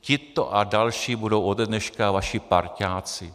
Tito a další budou ode dneška vaši parťáci.